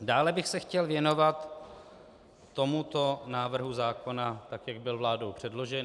Dále bych se chtěl věnovat tomuto návrhu zákona, tak jak byl vládou předložen.